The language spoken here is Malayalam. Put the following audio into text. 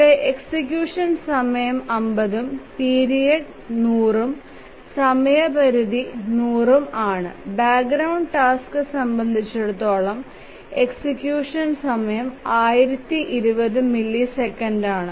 ഇവിടെ എക്സിക്യൂഷൻ സമയം 50 ഉം പിരീഡ് 100 ഉം സമയപരിധി 100 ഉം ആണ് ബാക്ക്ഗ്രൌണ്ട് ടാസ്കിൻ സംബന്ധിച്ചിടത്തോളം എക്സിക്യൂഷൻ സമയം 1020 മില്ലിസെക്കൻഡാണ്